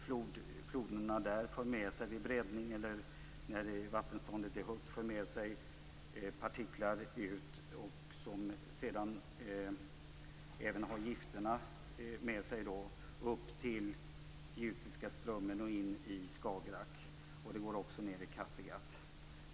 Floderna för vid högt vattenstånd gifttransporterande partiklar upp till Jutiska strömmen och in i Skagerrak. De går också upp till Kattegatt.